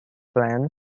plan